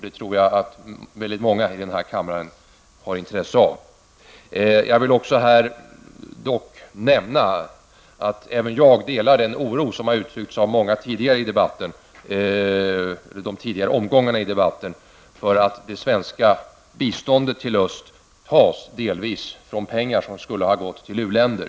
Jag tror att många i kammaren har intresse av det. Även jag delar den oro som har uttryckts av många i tidigare omgångar av debatten för att det svenska biståndet till öst tas delvis från pengar som skulle ha gått till u-länder.